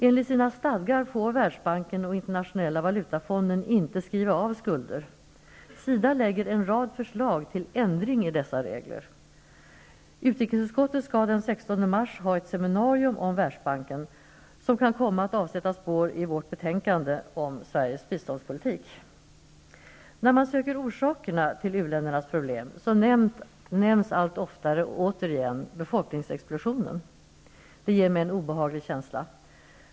Enligt sina stadgar får Världsbanken och Internationella valutafonden inte skriva av skulder. SIDA lägger fram en rad förslag till ändring i dessa regler. Utrikesutskottet skall den 16 mars ha ett seminarium om Världsbanken, vilket kan komma att avsätta spår i vårt betänkande om Sveriges biståndspolitik. När man söker orsakerna till u-ländernas problem, nämns allt oftare återigen befolkningsexplosionen. Det ger mig en obehaglig känsla.